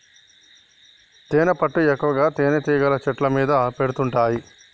తేనెపట్టు ఎక్కువగా తేనెటీగలు చెట్ల మీద పెడుతుంటాయి